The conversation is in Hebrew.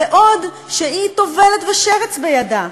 בעוד שהיא טובלת ושרץ בידה.